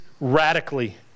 radically